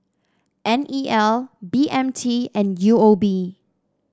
N E L B M T and U O B